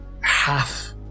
half